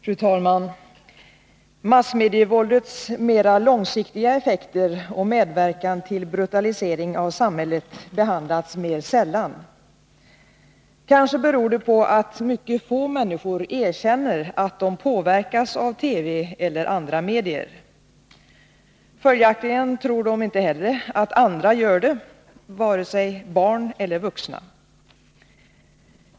Fru talman! Massmedievåldets mera långsiktiga effekter och medverkan till brutalisering av samhället behandlas mer sällan. Kanske beror det på att mycket få människor erkänner att de påverkas av TV eller andra medier. Följaktligen tror de inte heller att andra gör det — vare sig barn eller vuxna.